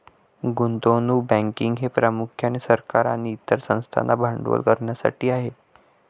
गुंतवणूक बँकिंग हे प्रामुख्याने सरकार आणि इतर संस्थांना भांडवल करण्यासाठी आहे